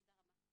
תודה רבה.